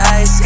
ice